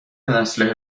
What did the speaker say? نسل